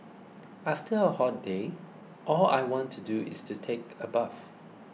after a hot day all I want to do is to take a bath